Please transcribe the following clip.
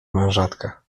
mężatka